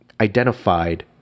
identified